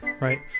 right